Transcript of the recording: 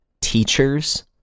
teachers